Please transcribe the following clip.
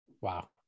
Wow